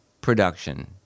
production